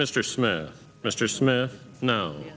mr smith mr smith no